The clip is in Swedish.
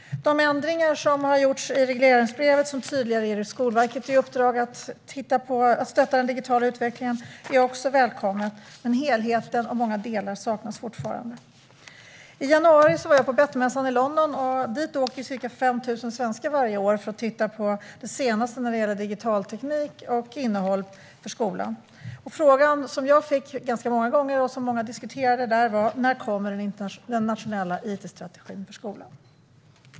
De ändringar som har gjorts i regleringsbrevet och som tydligare ger Skolverket i uppdrag att stötta den digitala utvecklingen är också välkomna, men helheten och många delar saknas fortfarande. I januari var jag på Bettmässan i London. Dit åker ca 5 000 svenskar varje år för att titta på det senaste när det gäller digital teknik och digitalt innehåll för skolan. Frågan jag fick ganska många gånger och som många där diskuterade var: När kommer den nationella it-strategin för skolan?